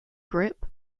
grip